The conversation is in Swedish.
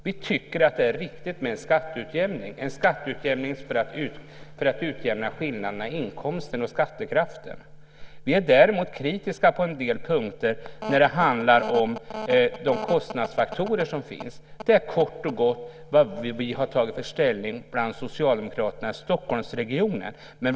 Vi tycker att det är riktigt med en skatteutjämning för att utjämna skillnaderna i inkomst och skattekraft. Vi är däremot kritiska på en del punkter när det handlar om de kostnadsfaktorer som finns. Det är kort och gott vad vi har tagit för ställning bland oss socialdemokrater i Stockholmsregionen.